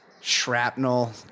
shrapnel